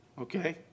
okay